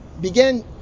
began